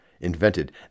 invented